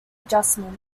adjustment